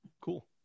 Cool